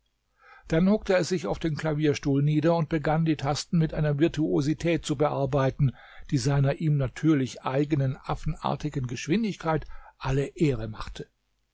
dann hockte er sich auf den klavierstuhl nieder und begann die tasten mit einer virtuosität zu bearbeiten die seiner ihm natürlich eigenen affenartigen geschwindigkeit alle ehre machte